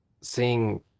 seeing